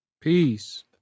Peace